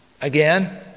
again